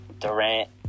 Durant